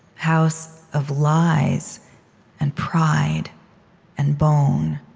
house of lies and pride and bone.